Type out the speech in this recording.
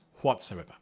whatsoever